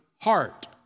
heart